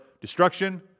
destruction